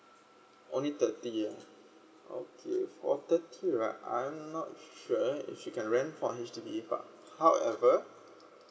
only thirty ah okay for thirty right I'm not sure if you can rent for H_D_B but however